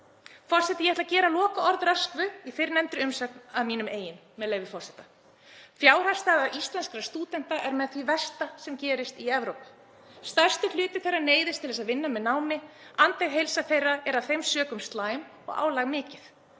Forseti. Ég ætla að gera lokaorð Röskvu í fyrrnefndri umsögn að mínum eigin, með leyfi forseta: „Fjárhagsstaða íslenskra stúdenta er með því versta sem gerist í Evrópu, stærstur hluti þeirra neyðist til þess að vinna með námi, andleg heilsa þeirra er af þeim sökum slæm og álag mikið.